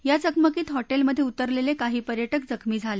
या चकमकीत हॉटेलमधे उतरलेले काही पर्यटक जखमी झाले